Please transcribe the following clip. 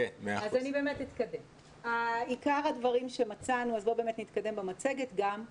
זה דברים שמדאיגים אותי.